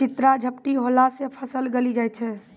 चित्रा झपटी होला से फसल गली जाय छै?